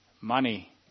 money